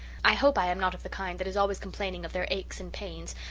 i hope i am not of the kind that is always complaining of their aches and pains,